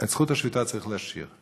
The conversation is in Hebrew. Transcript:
את זכות השביתה צריך להשאיר,